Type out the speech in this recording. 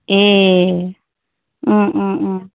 ए